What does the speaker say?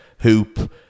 hoop